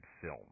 film